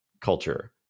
culture